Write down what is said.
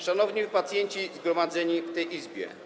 Szanowni pacjenci zgromadzeni w tej Izbie.